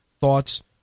thoughts